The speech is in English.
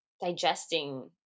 digesting